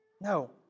No